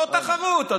לא תחרות.